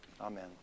Amen